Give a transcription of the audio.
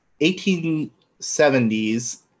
1870s